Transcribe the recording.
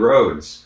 Roads